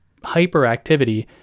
hyperactivity